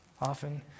often